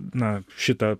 na šitą